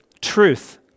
truth